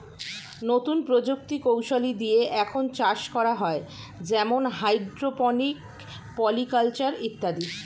নতুন প্রযুক্তি কৌশলী দিয়ে এখন চাষ করা হয় যেমন হাইড্রোপনিক, পলি কালচার ইত্যাদি